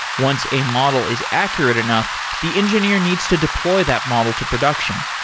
once a model is accurate enough, the engineer needs to deploy that model to production.